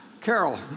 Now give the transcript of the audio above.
Carol